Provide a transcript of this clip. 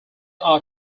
are